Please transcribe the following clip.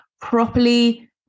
Properly